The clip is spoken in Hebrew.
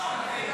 תודה.